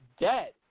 dead